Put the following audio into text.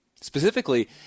Specifically